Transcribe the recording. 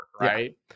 right